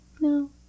No